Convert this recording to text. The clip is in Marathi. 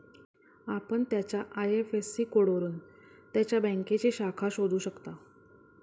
आपण त्याच्या आय.एफ.एस.सी कोडवरून त्याच्या बँकेची शाखा शोधू शकता